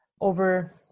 over